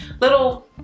little